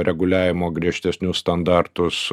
reguliavimo griežtesnius standartus